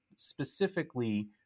specifically